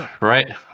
right